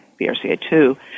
BRCA2